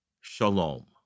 shalom